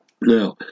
Now